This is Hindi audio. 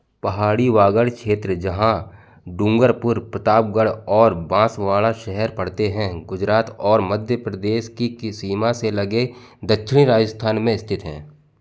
पहाड़ी बागड़ क्षेत्र जहाँ डूंगरपुर प्रतापगढ़ और बांसवाड़ा शहर पड़ते हैं गुजरात और मध्य प्रदेश की सीमा से लगे दक्षिणी राजस्थान में स्थित हैं